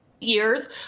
years